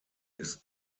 ist